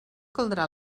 caldrà